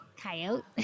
Coyote